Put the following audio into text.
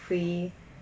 pre~